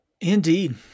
Indeed